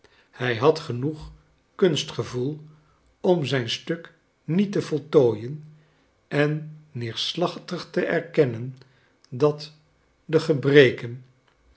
hij had genoeg kunstgevoel om zijn stuk niet te voltooien en neerslachtig te erkennen dat de gebreken